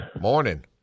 Morning